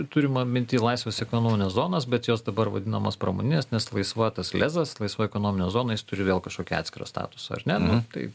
turima minty laisvas ekonomines zonas bet jos dabar vadinamos pramoninės nes laisva tas lezas laisva ekonominė zona jis turi vėl kažkokią atskirą statusą ar ne nu tai